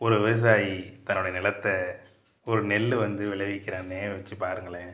ஒரு விவசாயி தன்னோட நிலத்தை ஒரு நெல் வந்து விளைவிக்கிறானே வச்சு பாருங்களேன்